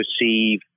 perceive